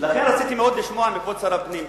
לכן רציתי מאוד לשמוע מכבוד שר הפנים,